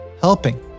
helping